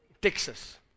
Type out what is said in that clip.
Texas